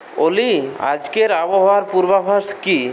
অলি আজকের আবহাওয়ার পূর্বাভাস কি